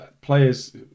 Players